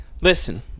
Listen